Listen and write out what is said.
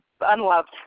Unloved